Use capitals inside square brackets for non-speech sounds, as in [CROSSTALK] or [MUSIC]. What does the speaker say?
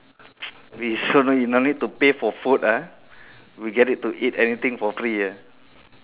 [NOISE] we so no need no need to pay for food ah we get it to eat anything for free ah